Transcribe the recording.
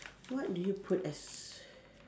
what do you put as s~